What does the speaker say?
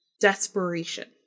desperation